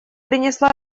принесла